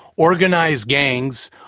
organized gangs,